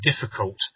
difficult